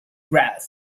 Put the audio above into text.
grass